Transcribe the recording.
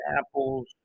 apples